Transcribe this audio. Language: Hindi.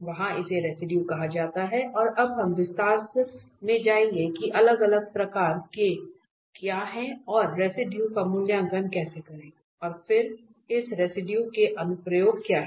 वहां इसे रेसिडुए कहा जाता है और अब हम विस्तार में जाएंगे कि अलग अलग प्रकार के क्या हैं और रेसिडुए का मूल्यांकन कैसे करें और फिर इस रेसिडुए के अनुप्रयोग क्या है